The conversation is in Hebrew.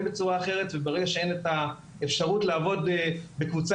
בצורה אחרת וברגע שאין את האפשרות לעבוד בקבוצה